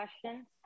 questions